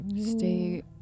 stay